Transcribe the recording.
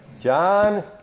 John